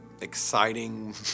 exciting